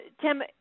Tim